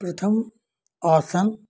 प्रथम आसन